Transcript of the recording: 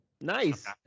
Nice